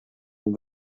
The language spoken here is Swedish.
hon